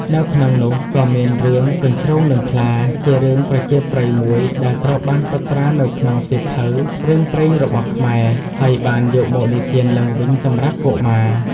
នៅក្នុងនោះក៏មានរឿង កញ្ជ្រោងនិងខ្លា ជារឿងប្រជាប្រិយមួយដែលត្រូវបានកត់ត្រានៅក្នុងសៀវភៅរឿងព្រេងរបស់ខ្មែរ ហើយបានយកមកនិទានឡើងវិញសម្រាប់កុមារ។